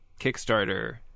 Kickstarter